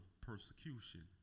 persecution